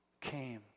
came